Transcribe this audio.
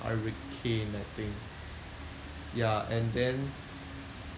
hurricane I think ya and then